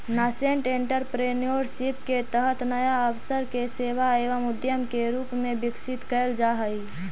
nascent entrepreneurship के तहत नया अवसर के सेवा एवं उद्यम के रूप में विकसित कैल जा हई